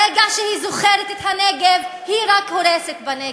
ברגע שהיא זוכרת את הנגב היא רק הורסת בנגב.